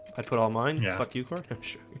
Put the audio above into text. i put all mine. yeah. fuck you kourt. i'm sure